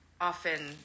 often –